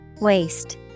Waste